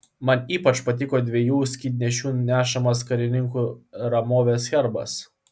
man ypač patiko dviejų skydnešių nešamas karininkų ramovės herbas